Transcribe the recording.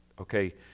okay